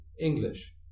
English